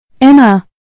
Emma